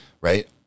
Right